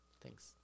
thanks